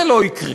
זה לא יקרה.